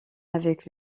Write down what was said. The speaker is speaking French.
avec